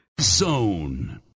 Zone